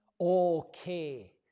Okay